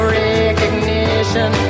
recognition